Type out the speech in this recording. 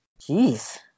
Jeez